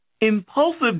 Impulsive